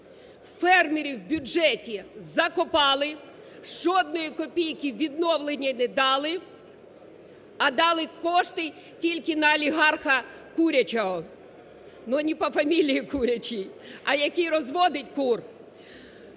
Фермерів у бюджеті закопали, жодної копійки у відновлення не дали, а дали кошти тільки на олігарха "курячого". Ну не по фамилии Курячий, а який розводить кур.